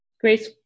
Grace